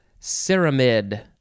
Ceramide